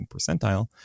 percentile